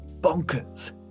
bonkers